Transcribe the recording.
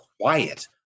quiet